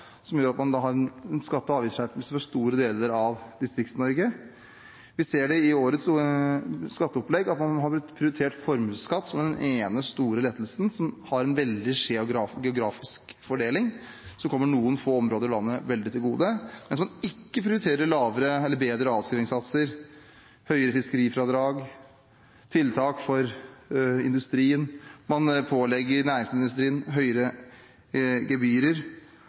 som gjør at man får en skatte- og avgiftsskjerpelse for store deler av Distrikts-Norge. Vi ser at man i årets skatteopplegg har prioritert formuesskatt som den ene store lettelsen, som har en veldig skjev geografisk fordeling, og som kommer noen få områder i landet til gode, mens man ikke prioriterer lavere eller bedre avskrivingssatser, høyere fiskerifradrag og tiltak for industrien. Man pålegger næringsindustrien høyere gebyrer,